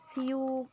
ᱥᱤᱭᱳᱜ